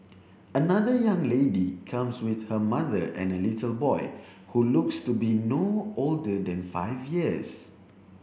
another young lady comes with her mother and a little boy who looks to be no older than five years